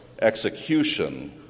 execution